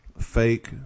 fake